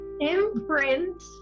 Imprint